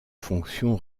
fonction